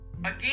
again